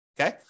Okay